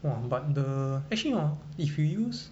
!wah! but the actually hor if you use